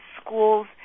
schools